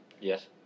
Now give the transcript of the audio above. Yes